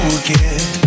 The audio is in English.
again